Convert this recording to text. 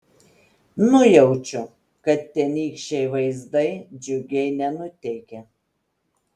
nujaučiu kad tenykščiai vaizdai džiugiai nenuteikė